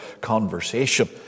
conversation